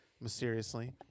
mysteriously